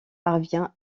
parvient